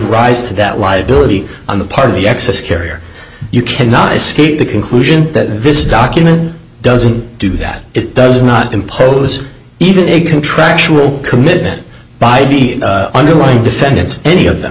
rise to that liability on the part of the excess carrier you cannot escape the conclusion that this document doesn't do that it does not impose even a contractual commitment by the underlying defendants any of them